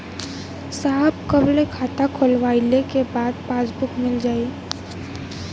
साहब कब ले खाता खोलवाइले के बाद पासबुक मिल जाई?